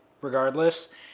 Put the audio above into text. regardless